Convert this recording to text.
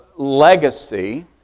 legacy